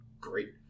Great